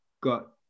got